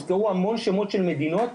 והוזכרו המון שמות של מדינות,